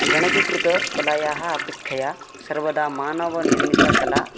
गणकीकृतकलायाः अपेक्षया सर्वदा मानवनिर्मितकला